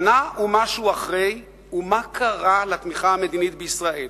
שנה ומשהו אחרי, ומה קרה לתמיכה המדינית בישראל?